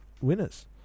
winners